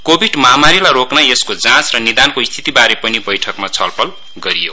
Covid महामारीलाई रोक्न यसको जाँच र निदानको स्थितिबारे पनि बैठकमा छलफल गरियो